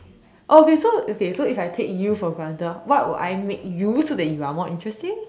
okay so okay so if I take you for granted what would I make you so that you are more interesting